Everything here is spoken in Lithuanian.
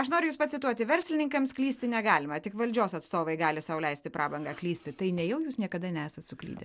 aš noriu jus pacituoti verslininkams klysti negalima tik valdžios atstovai gali sau leisti prabangą klysti tai nejau jūs niekada nesat suklydę